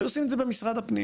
היו עושים את זה במשרד הפנים.